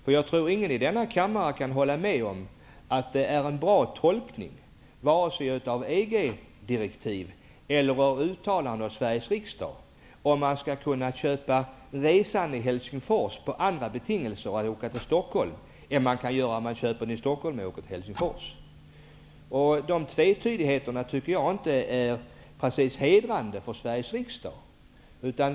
Jag tror inte att någon i denna kammare kan hålla med om att det är en bra tolkning av EG-direktivet eller av uttalanden av Sveriges riksdag om man skall kunna köpa en resa till Stockholm i Helsingfors på andra betingelser än om man köper en resa till Helsingfors i Stockholm. Tvetydigheterna är inte precis hedrande för Sveriges riksdag.